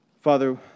Father